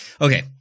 Okay